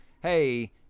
hey